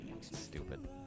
Stupid